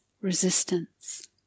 Resistance